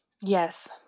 Yes